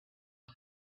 and